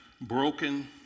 broken